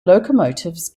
locomotives